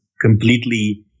completely